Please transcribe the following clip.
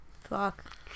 Fuck